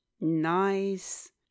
Nice